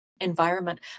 environment